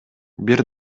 бир